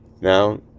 Now